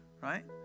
right